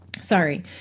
Sorry